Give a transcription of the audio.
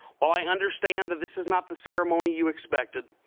while i understand that this is not the ceremony you expected,